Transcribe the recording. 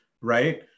right